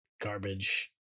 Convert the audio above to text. garbage